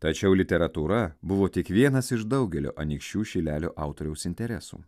tačiau literatūra buvo tik vienas iš daugelio anykščių šilelio autoriaus interesų